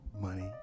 money